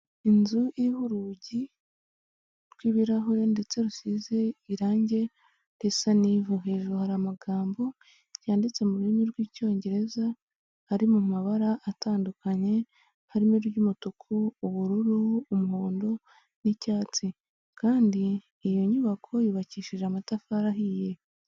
Inzu iriho urugi rw'ibirahure ndetse rusize irangi risa n'ivu, hejuru hari amagambo yanditse mu rurimi rw'icyongereza ari mu mabara atandukanye, harimo ry'umutuku, ubururu, umuhondo n'icyatsi, kandi iyo nyubako yubakishije amatafari ahiye.